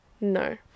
No